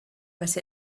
but